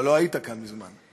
אבל לא היית כאן מזמן.